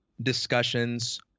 discussions